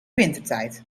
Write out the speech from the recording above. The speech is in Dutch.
wintertijd